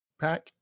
Pack